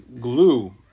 glue